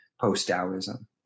post-Taoism